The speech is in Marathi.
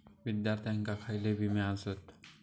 विद्यार्थ्यांका खयले विमे आसत?